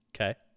Okay